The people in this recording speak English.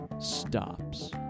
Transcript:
stops